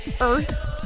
earth